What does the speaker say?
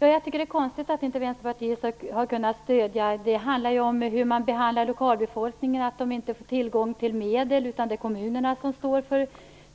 Herr talman! Jag tycker att det är konstigt att Vänsterpartiet inte har kunnat stödja behandlingen av lokalbefolkningen - att den inte får tillgång till medel utan att det är kommunerna tillsammans med SKB som står för